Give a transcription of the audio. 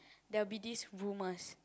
there will be this rumours